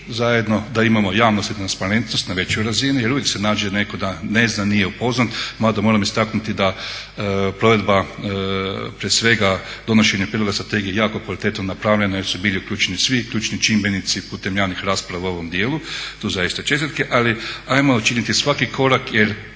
zajedno da imamo javnost i transparentnost na većoj razini. Jer uvijek se nađe netko da ne zna, nije upoznat. Mada moram istaknuti da provedba prije svega donošenje prijedloga strategije je jako kvalitetno napravljena jer su bili uključeni svi ključni čimbenici putem javnih rasprava u ovom dijelu, tu zaista čestitke. Ali ajmo učiniti svaki korak jer